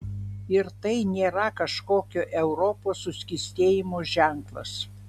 ir tai nėra kažkokio europos suskystėjimo ženklas